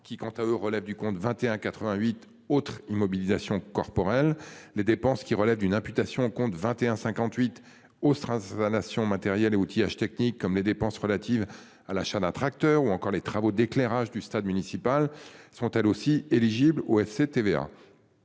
qui, quant à eux, relèvent du compte 21 88 autres immobilisations corporelles les dépenses qui relèvent d'une imputation compte 21 58 Ostrava nation matériel et outillage technique comme les dépenses relatives à l'achat d'un tracteur ou encore les travaux d'éclairage du stade municipal, sont elles aussi éligibles au FCTVA.